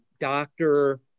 doctor